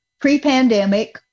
pre-pandemic